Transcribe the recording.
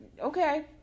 okay